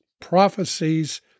prophecies